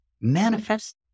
Manifest